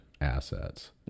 assets